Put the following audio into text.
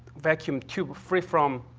vacuum tube free from